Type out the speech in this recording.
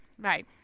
Right